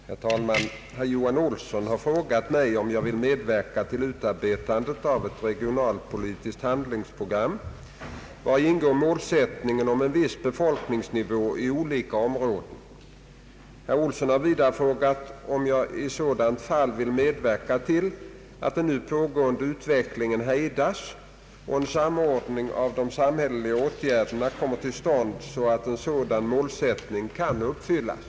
Herr talman! Herr Johan Olsson har frågat mig om jag vill medverka till utarbetande av ett regionalpolitiskt handlingsprogram vari ingår målsättningen om en viss befolkningsnivå i olika områden. Herr Olsson har vidare frågat om jag i sådant fall vill medverka till att den nu pågående utvecklingen hejdas och en samordning av de samhälleliga åtgärderna kommer till stånd så att en sådan målsättning kan uppfyllas.